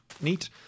Neat